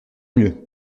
mieux